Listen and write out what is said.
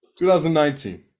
2019